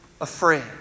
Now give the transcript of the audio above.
afraid